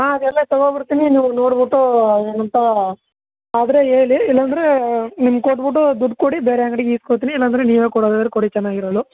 ಹಾಂ ಅವೆಲ್ಲ ತೊಗೋಬರ್ತೀನಿ ನೀವು ನೋಡ್ಬಿಟ್ಟೂ ಏನಂತ ಆದರೆ ಹೇಳಿ ಇಲ್ಲಾಂದ್ರೆ ನಿಮ್ಗೆ ಕೊಟ್ಬಿಟ್ಟು ದುಡ್ಡು ಕೊಡಿ ಬೇರೆ ಅಂಗ್ಡಿಗೆ ಇಸ್ಕೋತೀನಿ ಇಲ್ಲಾಂದರೆ ನೀವೇ ಕೊಡೋದಾದರೆ ಕೊಡಿ ಚೆನ್ನಾಗಿರೋದು